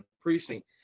precinct